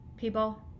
people